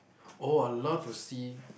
oh I love to see